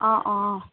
অঁ অঁ